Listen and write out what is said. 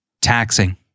taxing